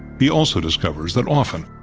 he also discovers that often,